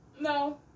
No